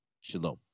shalom